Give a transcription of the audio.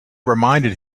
reminded